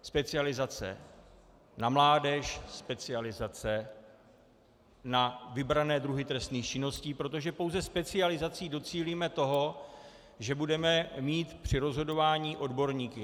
Specializace na mládež, specializace na vybrané druhy trestných činností, protože pouze specializací docílíme toho, že budeme mít při rozhodování odborníky.